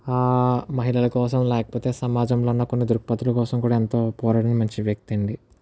ఆ మహిళల కోసం లేకపోతే సమాజంలో ఉన్న కొన్ని దృక్పదుల కోసం కూడా ఎంతో పోరాడిన మంచి వ్యక్తి అండి